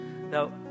Now